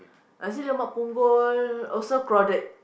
nasi-lemak Punggol also crowded